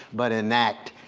but enact,